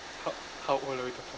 ho~ how old are we talking about